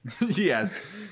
Yes